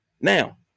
now